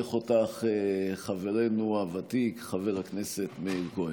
אותך חברינו הוותיק חבר הכנסת מאיר כהן.